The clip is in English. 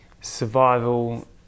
survival